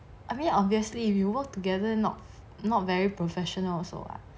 I mean obviously if you work together not not very professional also [what]